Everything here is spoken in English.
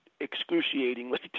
excruciatingly